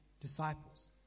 disciples